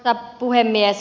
arvoisa puhemies